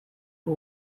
who